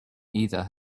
either